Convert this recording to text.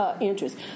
interest